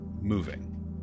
moving